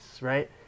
right